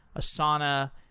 asana,